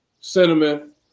cinnamon